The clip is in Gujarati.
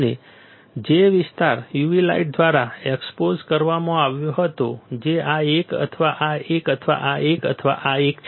અને જે વિસ્તાર u v લાઈટ દ્વારા એક્સપોઝડ કરવામાં આવ્યો હતો જે આ એક અથવા આ એક અથવા આ એક અથવા આ એક છે